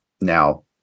now